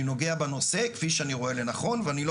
אני נוגע בנושא כפי שאני רואה לנכון ואני לא